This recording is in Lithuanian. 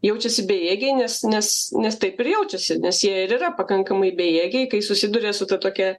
jaučiasi bejėgiai nes nes nes taip ir jaučiasi nes jie ir yra pakankamai bejėgiai kai susiduria su ta tokia